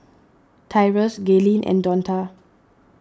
Tyrus Gaylene and Donta